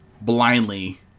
blindly